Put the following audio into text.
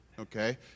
Okay